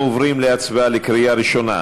אנחנו עוברים להצבעה בקריאה ראשונה.